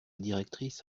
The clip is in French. directrice